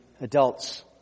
adults